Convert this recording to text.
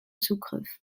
zugriff